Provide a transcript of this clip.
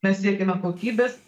mes siekiame kokybės